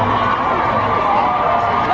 oh